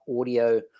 audio